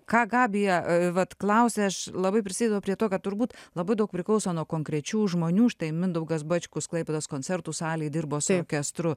ką gabija vat klausė aš labai prisideda prie to kad turbūt labai daug priklauso nuo konkrečių žmonių štai mindaugas bačkus klaipėdos koncertų salėj dirbo su orkestru